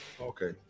okay